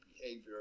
behavior